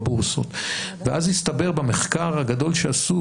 ואז הסתבר במחקר הגדול שעשו,